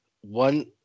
one